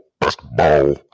basketball